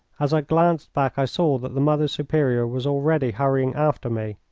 as i glanced back i saw that the mother superior was already hurrying after me.